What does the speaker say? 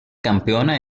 campeona